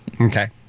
okay